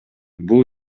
бул